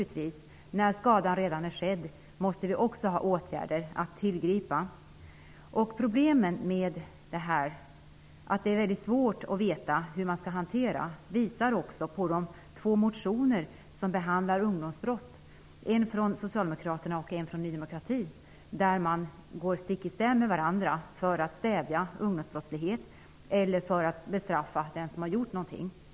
Men när skadan redan är skedd måste vi naturligtvis ha åtgärder att tillgripa. Problemen här -- det är alltså väldigt svårt att veta hur man skall hantera det hela -- visar de två motioner på där det talas om ungdomsbrott. Den ena motionen har väckts av Socialdemokraterna och den andra av Ny demokrati, och de går stick i stäv med varandra. Det handlar om att stävja ungdomsbrottslighet eller om att bestraffa den som har gjort sig skyldig till något.